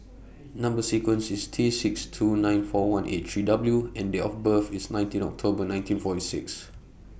Number sequence IS T six two nine four one eight three W and Date of birth IS nineteen October nineteen forty six